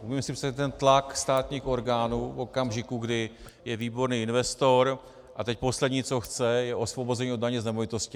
Uvědomme si ten tlak státních orgánů v okamžiku, kdy je výborný investor a teď poslední, co chce, je osvobození od daně z nemovitosti.